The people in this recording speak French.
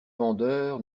vendeur